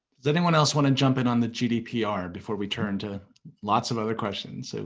does anyone else want to jump in on the gdpr before we turn to lots of other questions? so